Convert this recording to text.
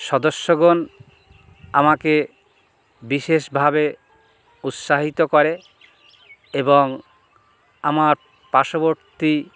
সদস্যগণ আমাকে বিশেষভাবে উৎসাহিত করে এবং আমার পার্শ্ববর্তী